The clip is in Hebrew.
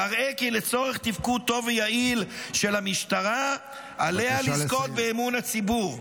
מראה כי לצורך תפקוד טוב ויעיל של המשטרה עליה לזכות באמון הציבור.